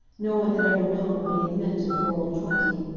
no one had ever known what he had meant to the girl of twenty,